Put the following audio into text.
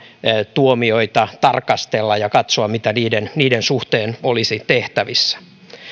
tuomioita tarkastella ja katsoa mitä niiden niiden suhteen olisi tehtävissä